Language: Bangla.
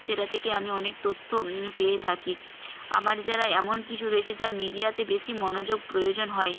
সেটা থেকে আমি অনেক তথ্য পেয়ে থাকি আমার যারা এমন কিছু রয়েছে যা মিডিয়াতে বেশি মনোযোগ প্রয়োজন হয়